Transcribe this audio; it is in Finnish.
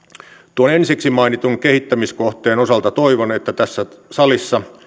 tuon ensiksi mainitun kehittämiskohteen osalta toivon että tässä salissa